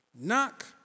Knock